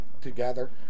together